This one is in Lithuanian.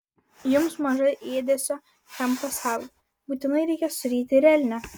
jums maža ėdesio šiam pasaulyje būtinai reikia suryti ir elnią